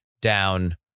down